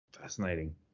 Fascinating